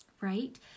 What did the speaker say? right